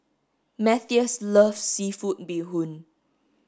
Matthias loves seafood bee hoon